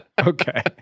okay